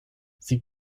sie